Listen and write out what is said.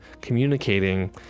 Communicating